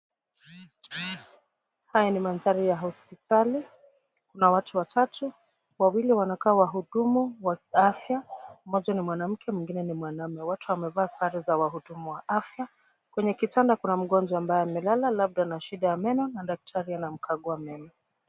Haya ni mandhari ya hospitali. Kuna watu watatu, wawili wanakaa wahudumu wa afya, mmoja ni mwanamke, mwengine ni mwanaume. Wote wamevaa sare za wahudumu wa afya. Kwenye kitanda, kuna mgonjwa ambaye amelala, labda ana shida ya meno, na daktari anamkagua meno.